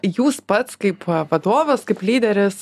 jūs pats kaip vadovas kaip lyderis